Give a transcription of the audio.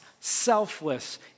selfless